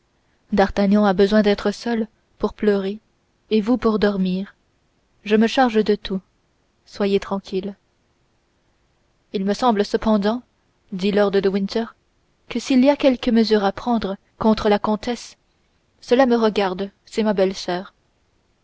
d'artagnan a besoin d'être seul pour pleurer et vous pour dormir je me charge de tout soyez tranquilles il me semble cependant dit lord de winter que s'il y a quelque mesure à prendre contre la comtesse cela me regarde c'est ma belle-soeur